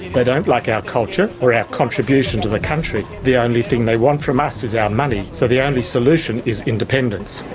they don't like our culture or our contribution to the country. the only thing they want from us is our money, so the um only solution is independence.